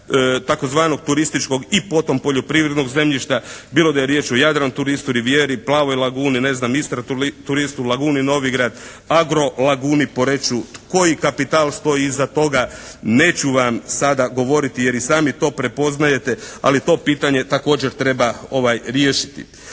tzv. turističkog i potom poljoprivrednog zemljišta bilo da je riječ o "Jadran turistu", "Rivijeri", "Plavoj laguni", ne znam "Istra turistu", "Laguni Novigrad", "Agro laguni Poreču". Koji kapital stoji iza toga neću vam sada govoriti jer i sami to prepoznajete ali to pitanje također treba riješiti.